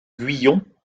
guyon